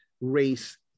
race